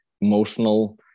emotional